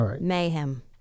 mayhem